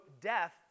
death